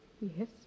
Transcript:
yes